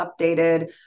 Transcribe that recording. updated